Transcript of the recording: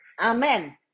Amen